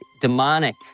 demonic